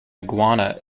iguana